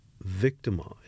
victimized